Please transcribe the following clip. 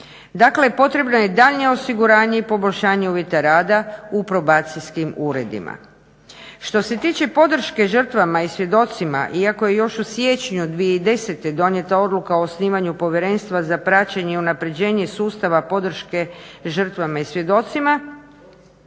Dakle potrebno je daljnje osiguranje i poboljšanje uvjeta rada u probacijskim uredima. Što se tiče podrške žrtvama i svjedocima iako je još u siječnju 2010. donijeta odluka o osnivanju povjerenstva za praćenje i unapređenje sustava podrške žrtvama i svjedocima